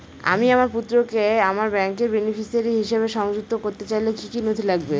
আমি আমার পুত্রকে আমার ব্যাংকের বেনিফিসিয়ারি হিসেবে সংযুক্ত করতে চাইলে কি কী নথি লাগবে?